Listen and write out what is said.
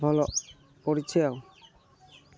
ଭଲ ପଡ଼ିଛେ